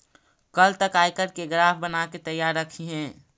कल तक आयकर के ग्राफ बनाके तैयार रखिहें